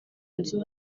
nzu